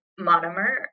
monomer